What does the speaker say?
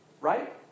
Right